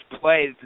play